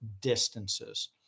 distances